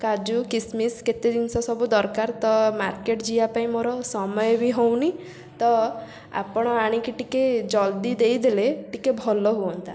କାଜୁ କିସ୍ମିସ୍ କେତେ ଜିନିଷ ସବୁ ଦରକାର ତ ମାର୍କେଟ୍ ଯିବା ପାଇଁ ମୋର ସମୟ ବି ହେଉନି ତ ଆପଣ ଆଣିକି ଟିକେ ଜଲଦି ଦେଇଦେଲେ ଟିକେ ଭଲ ହୁଅନ୍ତା